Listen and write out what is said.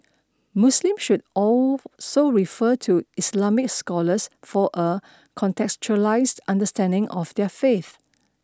Muslims should also refer to Islamic scholars for a contextualised understanding of their faith